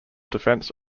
defense